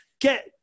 Get